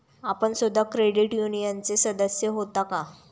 आपण सुद्धा क्रेडिट युनियनचे सदस्य होता का?